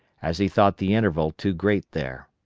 as he thought the interval too great there.